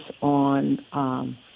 on